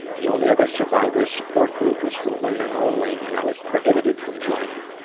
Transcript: the only other survivor support group was for women only and i was prohibited from joining.